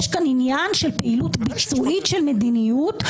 יש כאן עניין של פעילות ביצועית של מדיניות.